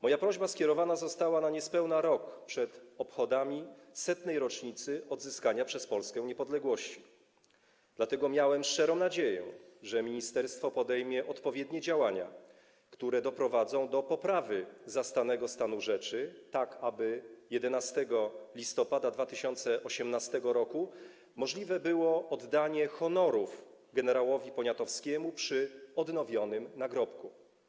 Moja prośba skierowana została na niespełna rok przed obchodami 100. rocznicy odzyskania przez Polskę niepodległości, dlatego miałem szczerą nadzieję, że ministerstwo podejmie odpowiednie działania, które doprowadzą do poprawy zastanego stanu rzeczy, aby 11 listopada 2018 r. możliwe było oddanie honorów gen. Poniatowskiemu przy odnowionym nagrobku.